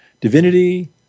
divinity